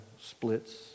splits